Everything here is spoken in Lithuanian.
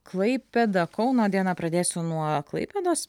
klaipėda kauno diena pradėsiu nuo klaipėdos